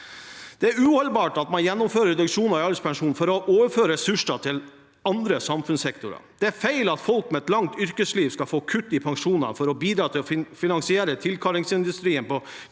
Det er uholdbart at man gjennomfører reduksjoner i alderspensjonen for å overføre ressurser til andre samfunnssektorer. Det er feil at folk med et langt yrkesliv skal få kutt i pensjonen for å bidra til å finansiere «tilkarringsindustrien» på